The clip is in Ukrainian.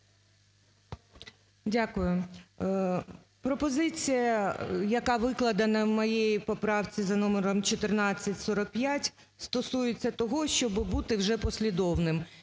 Дякую. Пропозиція, яка викладена в моїй поправці за номером 1445, стосується того, щоби бути вже послідовним.